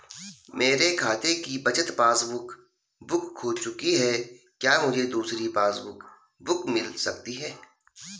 मेरे खाते की बचत पासबुक बुक खो चुकी है क्या मुझे दूसरी पासबुक बुक मिल सकती है?